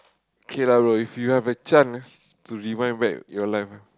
okay lah bro if you have a chance ah to rewind back your life ah